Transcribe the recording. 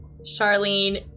Charlene